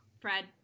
Fred